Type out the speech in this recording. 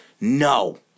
No